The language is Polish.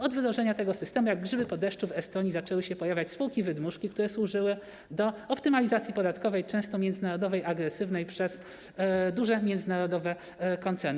Od wdrożenia tego systemu jak grzyby po deszczu w Estonii zaczęły się pojawiać spółki wydmuszki, które służyły do optymalizacji podatkowej, często międzynarodowej, agresywnej przez duże międzynarodowe koncerny.